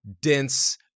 dense